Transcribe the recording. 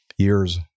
years